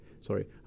sorry